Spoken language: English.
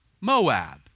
Moab